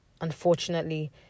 unfortunately